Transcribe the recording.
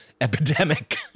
epidemic